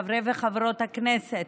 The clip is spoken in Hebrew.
חברי וחברות הכנסת,